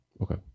Okay